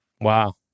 Wow